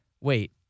wait